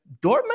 Dortmund